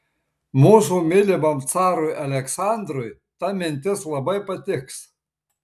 mūsų mylimam carui aleksandrui ta mintis labai patiks